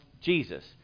Jesus